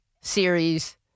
series